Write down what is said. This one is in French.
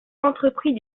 entrepris